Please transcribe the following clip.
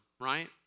right